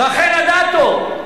רחל אדטו: